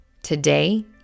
Today